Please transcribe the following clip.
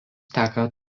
teka